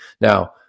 Now